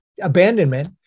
abandonment